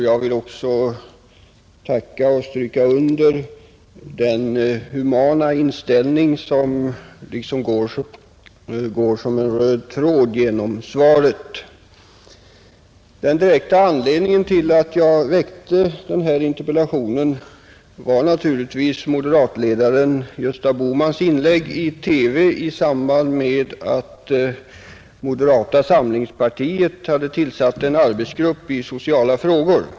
Jag vill också tacka för och stryka under den humana inställning som går som en röd tråd genom svaret. Den direkta anledningen till att jag framställde interpellationen var naturligtvis moderatledaren Gösta Bohmans inlägg i TV i samband med att moderata samlingspartiet hade tillsatt en arbetsgrupp i sociala frågor.